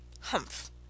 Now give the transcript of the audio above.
Humph